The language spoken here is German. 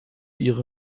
ihre